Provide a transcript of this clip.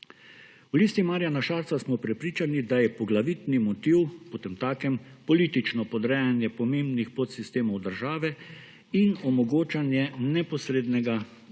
V Listi Marjana Šarca smo prepričani, da je poglavitni motiv potemtakem politično podrejanje pomembnih podsistemov države in omogočanje neposrednega